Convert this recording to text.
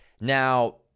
Now